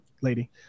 lady